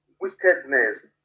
wickedness